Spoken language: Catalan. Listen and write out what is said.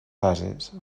fases